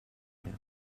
mehr